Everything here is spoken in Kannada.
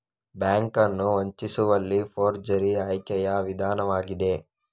ಬ್ಯಾಂಕ್ ಅನ್ನು ವಂಚಿಸುವಲ್ಲಿ ಫೋರ್ಜರಿ ಆಯ್ಕೆಯ ವಿಧಾನವಾಗಿದೆ